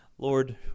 Lord